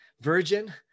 Virgin